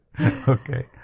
Okay